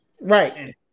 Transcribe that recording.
Right